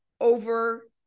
over